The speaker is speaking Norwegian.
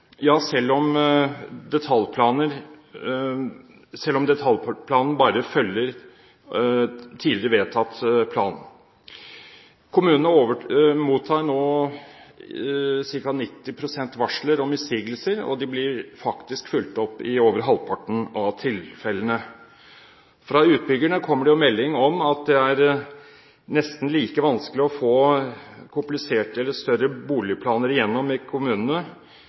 ja selv om detaljplanen bare følger tidligere vedtatt plan. Kommunene mottar nå ca. 90 pst. varsler om innsigelser, og de blir faktisk fulgt opp i over halvparten av tilfellene. Fra utbyggerne kommer det meldinger om at det er nesten like vanskelig å få større boligplaner gjennom i kommunene